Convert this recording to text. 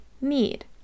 need